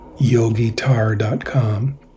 yogitar.com